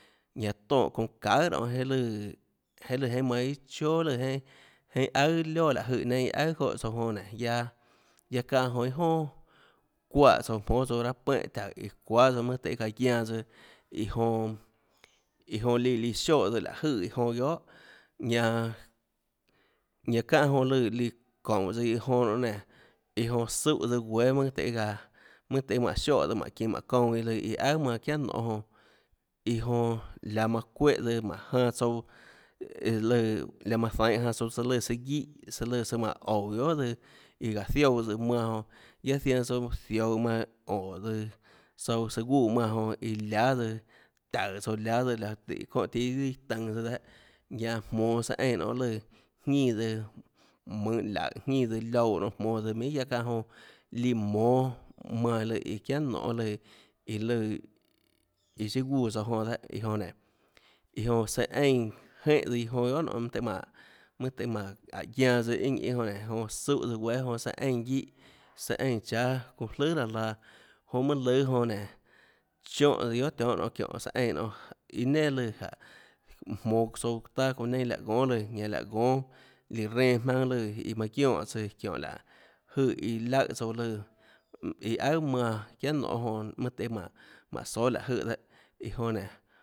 Ñanã tonè çounã çaøhà nonê jeinhâ lùã jeinhâ lùã jeinhâ iâ manã iâ chóà lùã jeinhâ jeinhâ aùà loà láhå jøè neinâ iã aùà çóhã tsouã jonã nénå guiaâ guiaâ çáhã jonã iâ jonà çuaè tsouã jmónâ tsouã raâ puéhã taùå iã çuáâ tsøã mønâ tøhê çaã guianã tsøã iã jonã iã jonã líã líã sioè tsøã láå jøè iã jonã guiohà ñanã ñanã çáhã jonã líã liã çoúnå tsøã iã jonã nonê nénå iã jonã súhã tsøã guéâ mønâ tøhê gaã mønâ tøhê manã sioè mánhå çinå mánhå çounã lùã iã aùà manã çiánà nonê jonã iã jonã laå manã çuéhã tsøã mánhã janã tsouã iã lùã laå manã zainhå janã tsouã søã lùnã guíhã lùã søã manã oúå guiohà tsøã iã gáhå zioúã søã manã jonã guiaâ zianã tsouã ziouå manã ónå tsøã tsouã øã gúã manã jonã iã láâ tsøã taùå tsouã láâ tsøã láâ çónhã tiã iâ tønå tsøã dehâ ñanã jmonåå tsøã eínã nonê lùã jñínã tsøã mønhå laùhå jñínã tsøã liouã nonê jmonå tsøã minhà guiaâ çáhã jonã líã mónâ manã lùã iã çiánànonê lùã iã lùã iã siâ guúã tsouãjonã dehâ jonã nénå iã jonã tsøã eínã jénhã tsøã iã jonã guiohà nonê mønâ tøhê mánå mønâ tøhê mánå guiaã tsøã iâ ñinê jonã nénå jonã síhã tsøã guéâ jonã søã eínã guíhã søã eínã cháâ guã jlùà raã laã jonã mønâ lùâ jonã nénå chióhã guiohà tionhâ nonê çiónhå tsøã eínã nonê iâ nenà lùã gáhå jmonå tsouã taâ çounã neinâ láhå gónâ lùã ñanã láhå gónâ líã renã jmaønâ líã iã manã guionè tsùã çiónhå láhå jøè iã laùhã tsouã lùã iã aùà manã çiánà nonê jonã mønâ tøhê mánhå mánhå sóâ láhå jøè dehâ iã jonã nénå